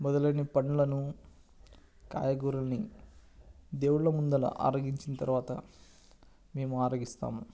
మొదలైన పండ్లను కాయగూరలను దేవుళ్ళ ముందర ఆరగించిన తర్వాత మేము ఆరగిస్తాము